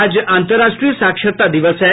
आज अंतर्राष्ट्रीय साक्षरता दिवस है